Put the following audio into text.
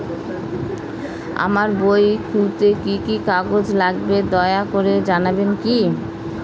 আমার বই খুলতে কি কি কাগজ লাগবে দয়া করে জানাবেন কি?